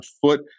foot